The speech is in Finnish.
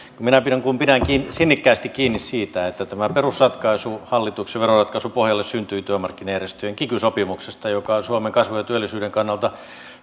minä pidän kuin pidänkin sinnikkäästi kiinni siitä että tämä perusratkaisu hallituksen veroratkaisun pohjalle syntyi työmarkkinajärjestöjen kiky sopimuksesta joka on suomen kasvun ja työllisyyden kannalta